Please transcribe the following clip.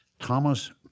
Thomas